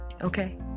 okay